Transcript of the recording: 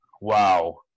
wow